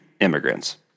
immigrants